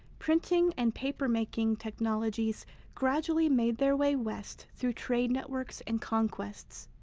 printing and papermaking technologies gradually made their way west through trade networks and conquests.